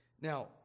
now